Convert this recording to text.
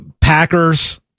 Packers